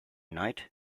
night